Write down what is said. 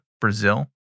Brazil